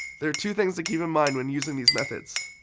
there are two things to keep in mind when using these methods.